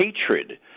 hatred